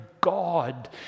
God